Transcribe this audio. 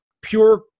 pure